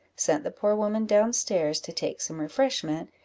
sent the poor woman down stairs to take some refreshment,